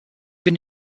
been